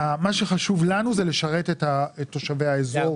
מה שחשוב לנו זה לשרת את תושבי האזור בצפון.